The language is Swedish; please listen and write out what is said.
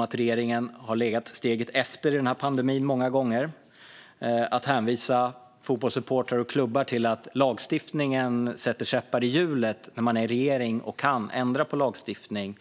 Att man hänvisar fotbollssupportrar och klubbar till att lagstiftningen sätter käppar i hjulet när man själv sitter i regeringsställning och kan ändra på lagstiftningen